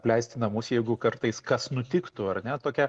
apleisti namus jeigu kartais kas nutiktų ar ne tokia